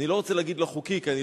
ואני לא רוצה להגיד "לא חוקי" כי אני